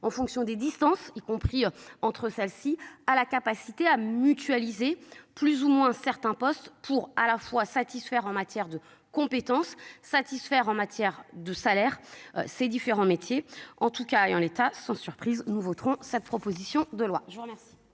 en fonction des distances y compris entre celle-ci a la capacité à mutualiser plus ou moins certains postes pour à la fois satisfaire en matière de compétence satisfaire en matière de salaire. Ses différents métiers. En tout cas, et en l'état sans surprise nous voterons cette proposition de loi, je vous remercie.